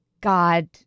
God